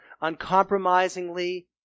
uncompromisingly